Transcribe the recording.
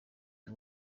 iyi